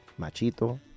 Machito